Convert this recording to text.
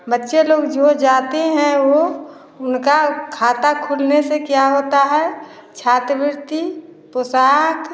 बच्चे लोग जो हैं जाते हैं वो उनका खाता खुलने से क्या होता है छात्रवृत्ति पोषाक